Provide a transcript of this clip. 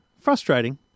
Frustrating